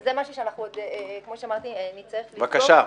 וזה משהו שעוד נצטרך לבדוק.